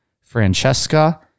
Francesca